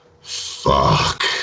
Fuck